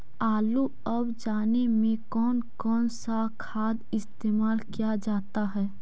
आलू अब जाने में कौन कौन सा खाद इस्तेमाल क्या जाता है?